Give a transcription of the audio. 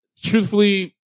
truthfully